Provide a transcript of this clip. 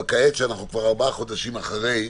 אבל כעת, כשאנחנו 4 חודשים אחרי,